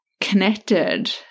connected